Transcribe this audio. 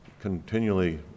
continually